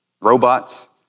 robots